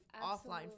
offline